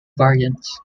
variants